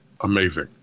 Amazing